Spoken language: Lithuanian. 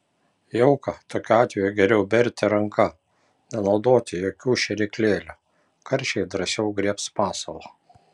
jauką tokiu atveju geriau berti ranka nenaudoti jokių šėryklėlių karšiai drąsiau griebs masalą